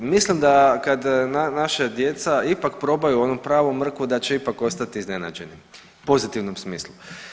Mislim da kad naša djeca ipak probaju onu pravu mrkvu da će ipak ostati iznenađeni u pozitivnom smislu.